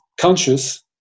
conscious